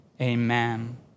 Amen